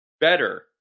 better